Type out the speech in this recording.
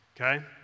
okay